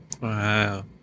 wow